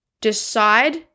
decide